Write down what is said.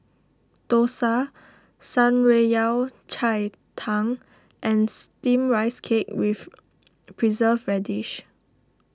Dosa Shan Rui Yao Cai Tang and Steamed Rice Cake with Preserved Radish